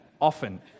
often